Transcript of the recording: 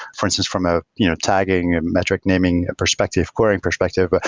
for instance, from a you know tagging, and metric-naming perspective, querying perspective. but